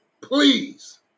Please